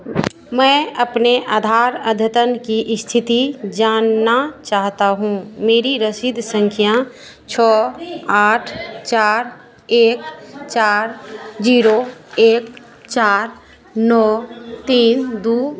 मैं अपने आधार अद्यतन की इस्थिति जानना चाहता हूँ मेरी रसीद सँख्या छह आठ चार एक चार ज़ीरो एक चार नौ तीन दो है और मेरे आधार कार्ड के अन्तिम चार अंक ज़ीरो छह छह पाँच हैं